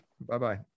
bye-bye